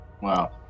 Wow